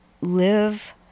live